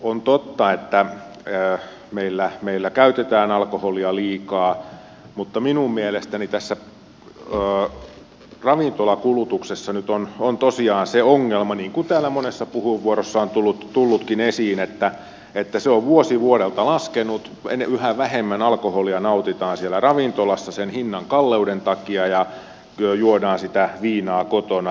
on totta että meillä käytetään alkoholia liikaa mutta minun mielestäni tässä ravintolakulutuksessa nyt on tosiaan se ongelma niin kuin täällä monessa puheenvuorossa on tullutkin esiin että se on vuosi vuodelta laskenut yhä vähemmän alkoholia nautitaan siellä ravintolassa sen hinnan kalleuden takia ja juodaan sitä viinaa kotona